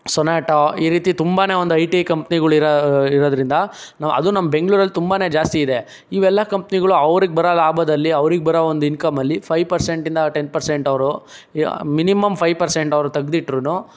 ಸೊನಾಟೊ ಈ ರೀತಿ ತುಂಬನೇ ಒಂದು ಐ ಟಿ ಕಂಪ್ನಿಗಳು ಇರೋದರಿಂದ ನಾವು ಅದು ನಮ್ಮ ಬೆಂಗ್ಳೂರಲ್ಲಿ ತುಂಬನೇ ಜಾಸ್ತಿ ಇದೆ ಇವೆಲ್ಲ ಕಂಪ್ನಿಗಳು ಅವ್ರಿಗೆ ಬರೊ ಲಾಭದಲ್ಲಿ ಅವ್ರಿಗೆ ಬರೊ ಒಂದು ಇನ್ಕಮಲ್ಲಿ ಫೈವ್ ಪರ್ಸೆಂಟ್ ಇಂದ ಟೆನ್ ಪರ್ಸೆಂಟ್ ಅವರು ಮಿನಿಮಮ್ ಫೈವ್ ಪರ್ಸೆಂಟ್ ಅವ್ರು ತೆಗೆದು ಇಟ್ಟರೂ